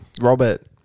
robert